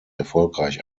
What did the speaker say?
erfolgreich